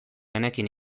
genekien